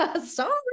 Sorry